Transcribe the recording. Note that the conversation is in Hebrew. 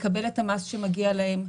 לקבל את המס שמגיע להם,